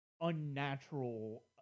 unnatural